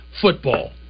football